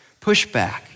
pushback